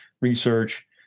research